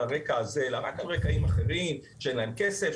הרקע הזה אלא רק על רקעים אחרים: שאין להם כסף,